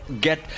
get